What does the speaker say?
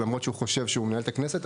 למרות שהוא חושב שהוא מנהל את הכנסת,